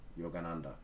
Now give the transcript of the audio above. Yogananda